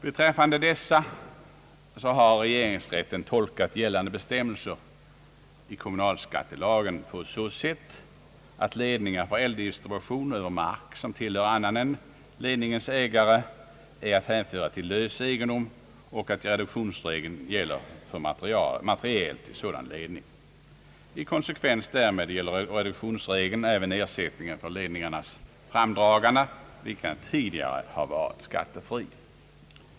Beträffande dessa har regeringsrätten tolkat gällande bestämmelser i kommunalskattela gen på så sätt att ledningar för eldistribution över mark, som tillhör annan person än ledningarnas ägare, är att hänföra till lös egendom och att reduktionsregeln gäller för materiel till sådan ledning. I konsekvens därmed gäller reduktionsregeln även ersättningar för ledningarnas framdragande, vilka tidigare har varit skattefria.